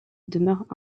demeurent